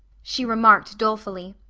she remarked dolefully.